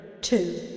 two